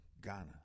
Ghana